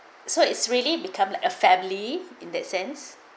so it's really become like a family in that sense